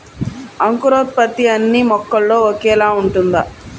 అంకురోత్పత్తి అన్నీ మొక్కలో ఒకేలా ఉంటుందా?